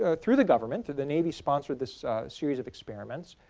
ah through the government, through the navy sponsored this series of experiments.